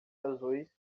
azuis